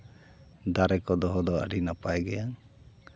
ᱫᱟᱨᱮ ᱠᱚ ᱫᱚᱦᱚ ᱫᱚ ᱟᱹᱰᱤ ᱱᱟᱯᱟᱭ ᱜᱮᱭᱟ